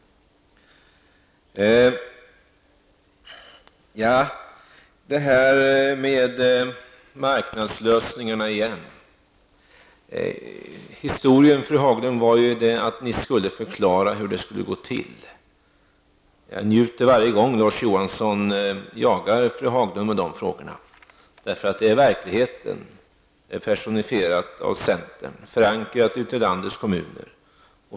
Jag återkommer till marknadslösningarna. Historien var den, fru Haglund, att ni skulle förklara hur det skulle gå till. Jag njuter varje gång Larz Johansson jagar fru Haglund med de frågorna. Det är verkligheten personifierad av centern, förankrad ute i landets kommuner.